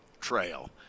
trail